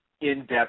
in-depth